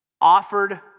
offered